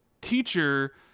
teacher